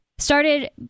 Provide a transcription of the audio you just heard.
started